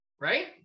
right